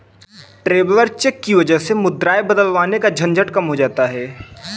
traveller cheque की वजह से मुद्राएं बदलवाने का झंझट कम हो जाता है